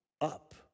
up